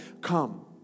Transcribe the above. come